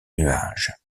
nuages